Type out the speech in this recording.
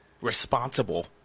responsible